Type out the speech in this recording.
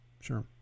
Sure